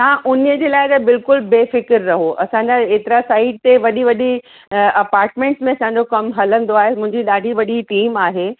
हा उन जे लाइ तव्हां बिल्कुलु बेफ़िक्र रहो असांजा एतिरा साइट ते वॾी वॾी अपार्टमेंट्स में असांजो कमु हलंदो आहे मुंहिंजी ॾाढी वॾी टीम आहे